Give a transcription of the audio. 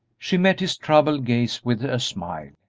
she met his troubled gaze with a smile.